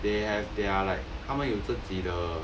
they have their like 他们有自己的